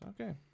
Okay